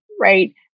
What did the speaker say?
right